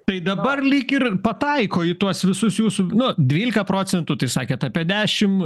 tai dabar lyg ir pataiko į tuos visus jūsų nu dvylika procentų tai sakėt apie dešim